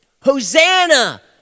Hosanna